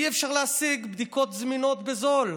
אי-אפשר להשיג בדיקות זמינות בזול.